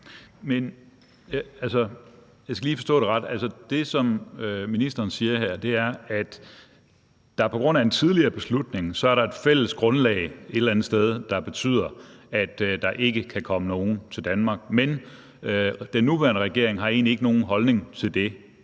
jeg skal lige forstå det ret – det, som ministeren siger her, er, at der på grund af en tidligere beslutning er et fælles grundlag et eller andet sted, der betyder, at der ikke kan komme nogen til Danmark fra Islamisk Stat, men at den nuværende regering egentlig ikke har nogen holdning til det.